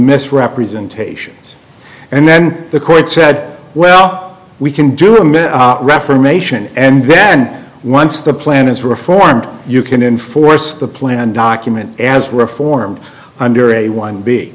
misrepresentations and then the court said well we can do him in reformation and then once the plan is reformed you can enforce the plan document as reformed under a one b